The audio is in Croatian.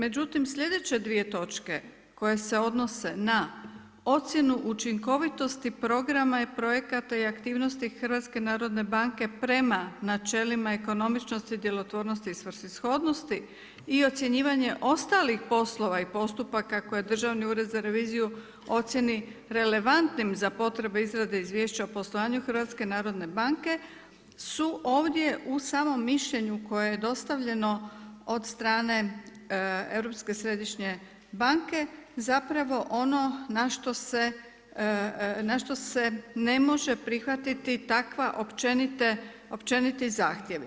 Međutim, sljedeće dvije točke koje se odnose na ocjenu učinkovitosti programa i projekata i aktivnosti HNB-a prema načelima ekonomičnosti, djelotvornosti i svrsishodnosti i ocjenjivanje ostalih poslova i postupaka koje Državni ured za reviziju ocijeni relevantnim za potrebe izrade Izvješća o poslovanju Hrvatske narodne banke su ovdje u samom mišljenju koje je dostavljeno od strane Europske središnje banke zapravo ono na što se ne može prihvatiti takvi općeniti zahtjevi.